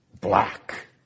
black